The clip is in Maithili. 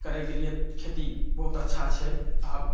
करैके लिए खेती बहुत अच्छा छै आब